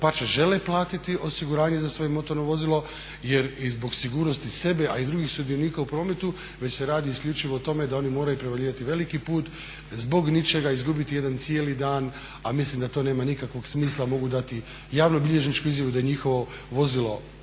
dapače žele platiti osiguranje za svoje motorno vozilo. Jer i zbog sigurnosti sebe a i drugih sudionika u prometu već se radi isključivo o tome da oni moraju prevaljivati veliki put zbog ničega, izgubiti jedan cijeli dan, a mislim da to nema nikakvog smisla. Mogu dati javnobilježničku izjavu da je njihovo vozilo